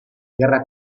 gerra